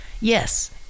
Yes